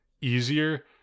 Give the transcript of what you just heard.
easier